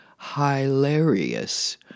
hilarious